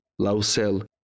Lausel